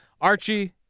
archie